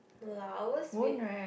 no lah ours we